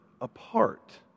apart